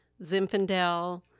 Zinfandel